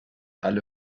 alle